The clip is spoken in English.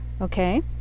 Okay